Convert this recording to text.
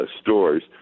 stores